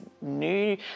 new